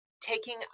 taking